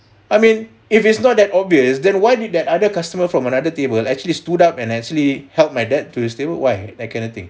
I mean if it's not that obvious then why did that other customer from another table actually stood up and actually help my dad to his table why that kind of thing